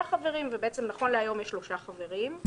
חברים ונכון להיום יש שם שלושה חברים.